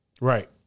Right